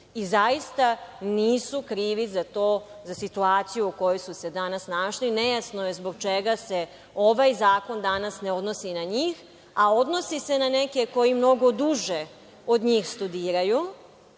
i zaista nisu krivi za to, za situaciju u kojoj su se danas našli. Nejasno je zbog čega se ovaj zakon danas ne odnosi na njih, a odnosi se na neke koji mnogo duže od njih studiraju.